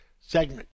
segment